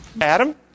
Adam